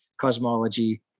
cosmology